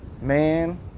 man